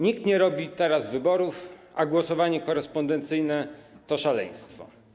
Nikt nie robi teraz wyborów, a głosowanie korespondencyjne to szaleństwo.